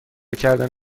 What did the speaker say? کردن